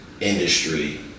industry